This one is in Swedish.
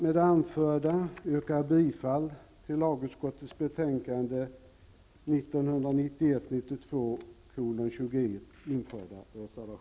Med det anförde yrkar jag bifall till den till lagutskottets betänkande 1991/92:21